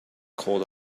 called